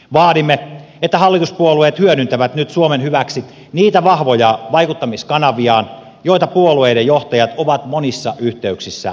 vaadimme että hallituspuolueet hyödyntävät nyt suomen hyväksi niitä vahvoja vaikuttamiskanaviaan joita puolueiden johtajat ovat monissa yhteyksissä alleviivanneet